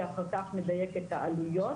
ואחר כך נדייק את העלויות.